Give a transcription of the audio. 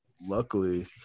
Luckily